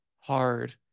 hard